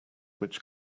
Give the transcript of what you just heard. which